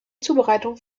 zubereitung